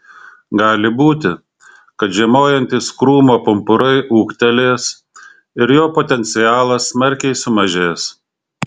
gali būti kad žiemojantys krūmo pumpurai ūgtelės ir jo potencialas smarkiai sumažės